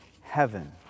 heaven